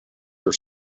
your